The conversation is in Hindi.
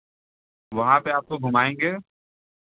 वहाँ पे आपको घुमाएँगे